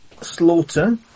slaughter